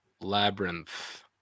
Labyrinth